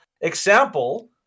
example